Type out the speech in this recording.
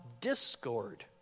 discord